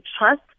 trust